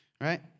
Right